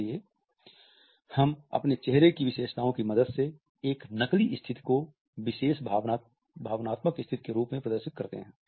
इसलिए हम अपने चेहरे की विशेषताओं की मदद से एक नकली स्थिति को विशेष भावनात्मक स्थिति के रूप में प्रदर्शित करते हैं